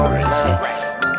resist